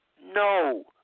No